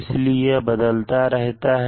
इसलिए यह बदलता रहता है